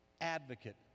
advocate